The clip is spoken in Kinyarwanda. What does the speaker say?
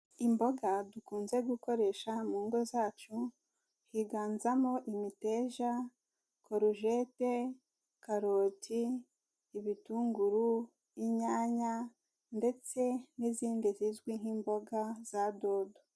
Imboga dukunze gukoresha mu ngo zacu, higanzamo imiteja, korujete, karoti, ibitunguru, inyanya, ndetse n'izindi zizwi nk'imboga za dodo.